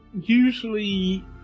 usually